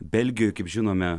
belgijoj kaip žinome